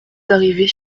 arrivé